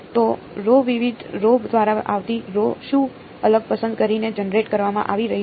તો રો વિવિધ રો દ્વારા આવતી રો શું અલગ પસંદ કરીને જનરેટ કરવામાં આવી રહી છે